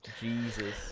Jesus